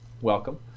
welcome